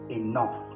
enough